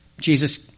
Jesus